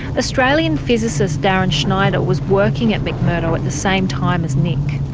australian physicist darryn schneider was working at mcmurdo at the same time as nick.